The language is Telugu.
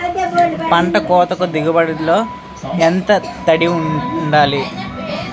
పంట కోతకు దిగుబడి లో ఎంత తడి వుండాలి?